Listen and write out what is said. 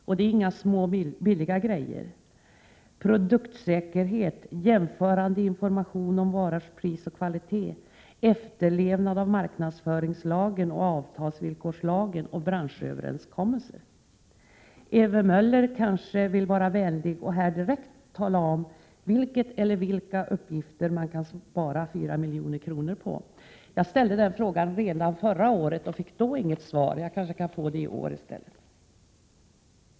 Och det är inga små billiga grejer: ”Produktsäkerhet, jämförande information om varors pris och kvalitet, efterlevnad av marknadsföringslagen och avtalsvillkorslagen samt branschöverenskommelser.” Ewy Möller kanske vill vara vänlig att här direkt tala om vilken eller vilka uppgifter man kan spara 4 milj.kr. på. Jag ställde den frågan redan förra året men fick då inget svar. Jag kanske kan få det i år i stället.